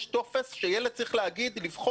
יש טופס שילד צריך לבחור,